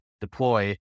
deploy